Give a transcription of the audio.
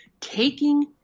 taking